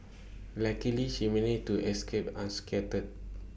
luckily she managed to escape unscathed